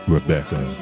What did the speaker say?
Rebecca